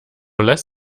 less